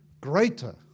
Greater